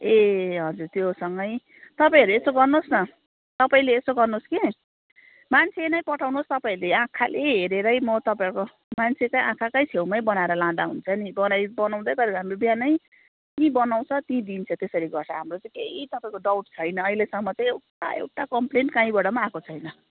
ए हजुर त्योसँगै तपाईँहरू यस्तो गर्नुहोस् न तपाईँले यसो गर्नुहोस् कि मान्छे नै पठाउनुहोस् तपाईँहरूले आँखाले हेरेरै म तपाईँको मान्छे चाहिँ आँखाकै छेउमै बनाएर लाँदा हुन्छ नि बनाइ बनाउँदै गरेको हाम्रो बिहानै त्यहीँ बनाउँछ त्यहीँ दिन्छ त्यसरी गर्छ हाम्रो चाहिँ केही तपाईँको डाउट छैन अहिलेसम्म चाहिँ एउटा एउटा कम्पलेन काहीँबाट पनि आएको छैन